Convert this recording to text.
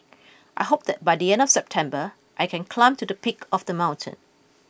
I hope that by the end of September I can climb to the peak of the mountain